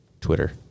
Twitter